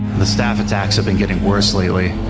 the staff attacks have been getting worse lately.